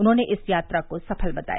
उन्होंने इस यात्रा को सफल बताया